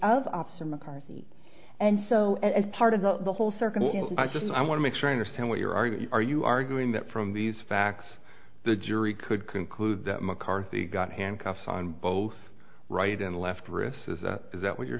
from mccarthy and so as part of the whole circle i just i want to make sure i understand what you're are you are you arguing that from these facts the jury could conclude that mccarthy got handcuffs on both right and left wrist is that is that what you're